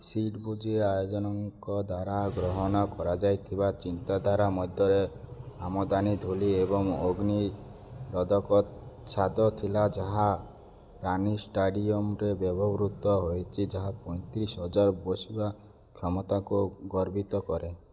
ସିଡ଼୍ ବୁଜି ଆୟୋଜନଙ୍କ ଦ୍ୱାରା ଗ୍ରହଣ କରାଯାଇଥିବା ଚିନ୍ତାଧାରା ମଧ୍ୟରେ ଆମଦାନୀ ଧୂଳି ଏବଂ ଅଗ୍ନି ରୋଧକ ଛାତ ଥିଲା ଯାହା ରାନି ଷ୍ଟାଡ଼ିୟମ୍ ରେ ବ୍ୟବହୃତ ହୋଇଛି ଯାହା ପଇଁତିରିଶ ହଜାର ବସିବା କ୍ଷମତାକୁ ଗର୍ବିତ କରେ